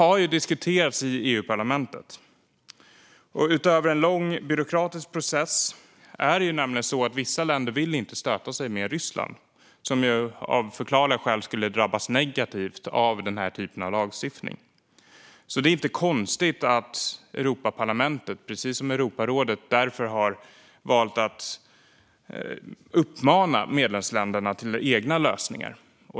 Detta har diskuterats i Europaparlamentet. Utöver en lång byråkratisk process vill vissa länder inte stöta sig med Ryssland, som ju av förklarliga skäl skulle drabbas negativt av denna typ av lagstiftning. Det är därför inte konstigt att Europaparlamentet, precis som Europarådet, har valt att uppmana medlemsländerna till egna lösningar.